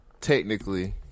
technically